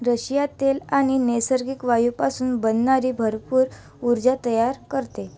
Russia तेल आणि नैसर्गिक वायुपासून बनणारी भरपूर ऊर्जा तयार करते